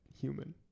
human